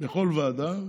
לכל ועדה,